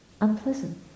unpleasant